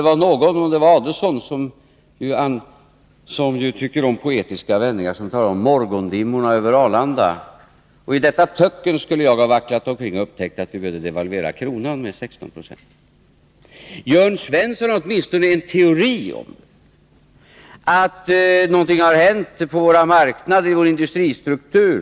Ulf Adelsohn, som ju tycker om poetiska vändningar, talade om morgondimmorna över Arlanda och om att jag i detta töcken skulle ha vacklat omkring och upptäckt att vi behövde devalvera kronan med 16 96. Jörn Svensson har åtminstone en teori om att någonting har hänt på våra marknader och i vår industristruktur.